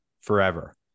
forever